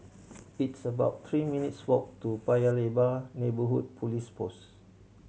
it's about three minutes' walk to Paya Lebar Neighbourhood Police Post